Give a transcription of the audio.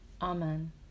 Amen